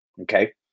Okay